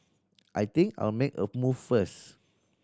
I think I'll make a move first